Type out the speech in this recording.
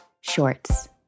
Shorts